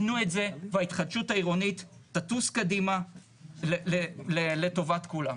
תנו את זה וההתחדשות העירונית תטוס קדימה לטובת כולם.